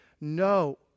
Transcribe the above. No